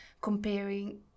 comparing